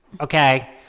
Okay